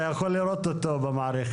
אתה יכול לראות אותו במערכת.